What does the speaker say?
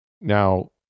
now